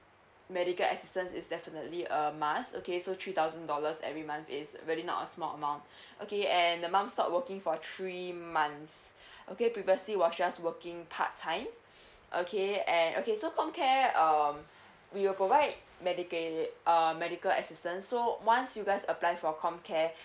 medical assistance is definitely a must okay so three thousand dollars every month is really not a small amount okay and the mom stop working for three months okay previously was just working part time okay and okay so comcare um we'll provide medical uh medical assistance so once you guys apply for comcare